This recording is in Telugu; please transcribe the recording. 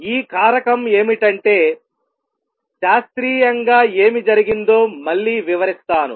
ఈ కారకం ఏమిటంటే శాస్త్రీయంగా ఏమి జరిగిందో మళ్ళీ వివరిస్తాను